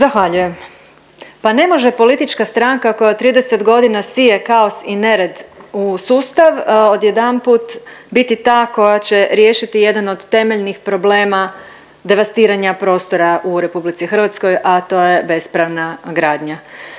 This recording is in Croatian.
Zahvaljujem. Pa ne može politička stranka koja 30.g. sije kaos i nered u sustav odjedanput biti ta koja će riješiti jedan od temeljnih problema devastiranja prostora u RH, a to je bespravna gradnja.